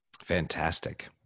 Fantastic